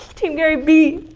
team gary bee!